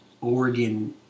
Oregon